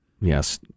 yes